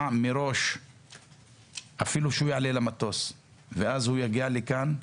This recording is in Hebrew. מראש שאותו אדם יעלה למטוס ויגיע לכאן.